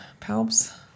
Palps